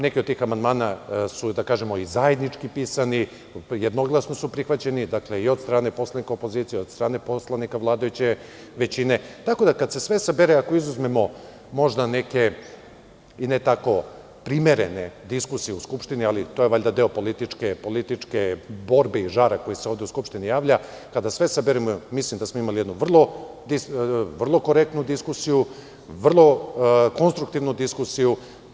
Neki od tih amandmana su i zajednički pisani, jednoglasno su prihvaćeni i od strane poslanika opozicije, od strane poslanika vladajuće većine, tako da kada se sve sabere, ako izuzmemo možda neke i ne tako primerene diskusije u Skupštini, ali to je valjda deo političke borbe i žara koji se ovde u Skupštini javlja, kada sve saberemo, mislim da smo imali jednu vrlo korektnu i vrlo konstruktivnu diskusiju.